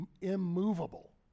immovable